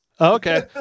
Okay